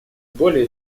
более